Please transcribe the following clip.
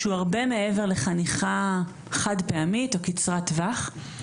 שהוא הרבה מעבר לחניכה חד פעמית או קצרת טווח.